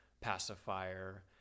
pacifier